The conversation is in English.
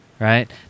right